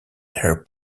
air